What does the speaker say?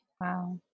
Wow